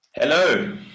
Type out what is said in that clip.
hello